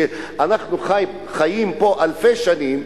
שאנחנו חיים פה אלפי שנים,